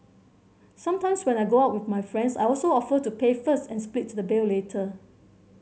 sometimes when I go out with my friends I also offer to pay first and split the bill later